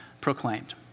proclaimed